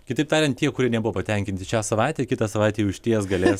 kitaip tariant tie kurie nebuvo patenkinti šią savaitę kitą savaitę jau išties galės